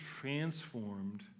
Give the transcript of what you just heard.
transformed